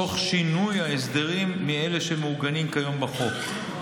תוך שינוי ההסדרים מאלה שמעוגנים כיום בחוק.